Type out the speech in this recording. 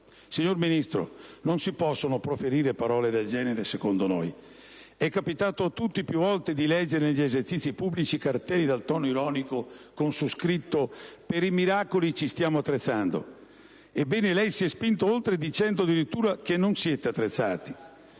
Signor Ministro, non si possono proferire parole del genere, secondo la nostra opinione. E' capitato a tutti, più volte, di leggere negli esercizi pubblici cartelli dal tono ironico con scritto: «per i miracoli ci stiamo attrezzando». Ebbene, lei si è spinto oltre, dicendo che non siete attrezzati.